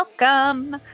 Welcome